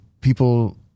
people